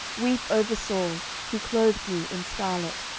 weep over saul, who clothed you in scarlet,